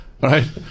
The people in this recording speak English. right